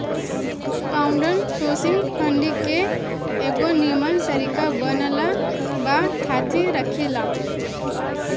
crowdsourcing funding के एगो निमन तरीका बनल बा थाती रखेला